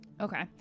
Okay